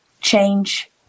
change